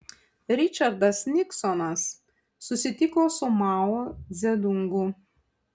ričardas niksonas susitiko su mao dzedungu